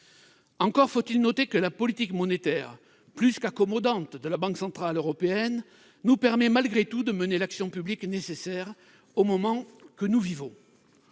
Encore faut-il noter que la politique monétaire plus qu'accommodante de la Banque centrale européenne nous permet, malgré tout, de mener l'action publique nécessaire au moment que nous vivons.